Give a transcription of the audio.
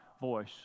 voice